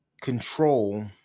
control